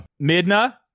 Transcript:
Midna